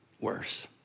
worse